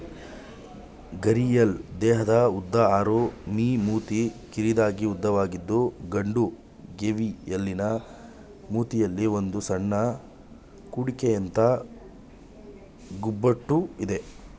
ಘರಿಯಾಲ್ ದೇಹದ ಉದ್ದ ಆರು ಮೀ ಮೂತಿ ಕಿರಿದಾಗಿ ಉದ್ದವಾಗಿದ್ದು ಗಂಡು ಗೇವಿಯಲಿನ ಮೂತಿಯಲ್ಲಿ ಒಂದು ಸಣ್ಣ ಕುಡಿಕೆಯಂಥ ಗುಬುಟು ಇದೆ